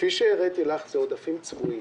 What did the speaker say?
כפי שהראיתי לך, אלה עודפים צבועים.